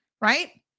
right